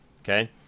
Okay